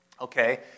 Okay